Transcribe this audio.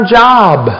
job